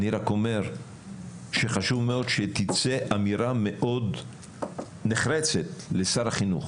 אני רק אומר שחשוב מאוד שתצא אמירה מאוד נחרצת לשר החינוך,